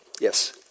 Yes